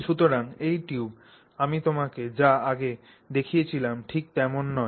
সুতরাং এই টিউব আমি তোমাকে যা আগে দেখিয়েছিলাম ঠিক তেমন নয়